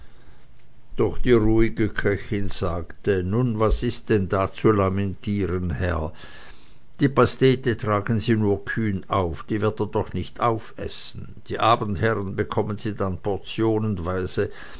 doch die ruhige köchin sagte nun was ist denn da zu lamentieren herr die pastete tragen sie nur kühn auf die wird er doch nicht aufessen die abendherren bekommen sie dann portionenweise